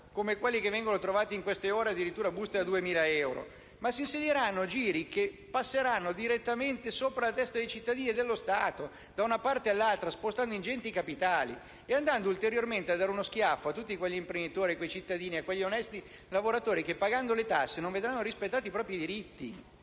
come quelli che vengono scoperti in queste ore (addirittura buste da 2.000 euro), ma giri che passeranno direttamente sopra la testa dei cittadini e dello Stato, da una parte all'altra, spostando ingenti capitali e andando ulteriormente a dare uno schiaffo a tutti quegli imprenditori, cittadini e onesti lavoratori che, pagando le tasse, non vedranno rispettati i propri diritti.